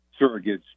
surrogates